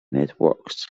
networks